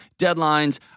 deadlines